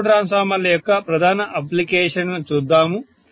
auto ట్రాన్స్ఫార్మర్ల యొక్క ప్రధాన అప్లికేషన్లు చూద్దాము